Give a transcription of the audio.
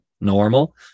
normal